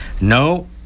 no